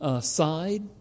side